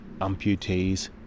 amputees